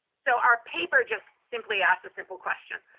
so, our paper just simply asks a simple question.